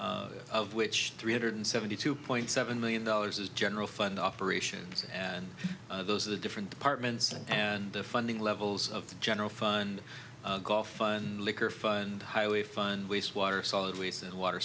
of which three hundred seventy two point seven million dollars is general fund operations and those are the different departments and the funding levels of the general fund fund liquor fund highway fund waste water solid waste and water